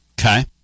Okay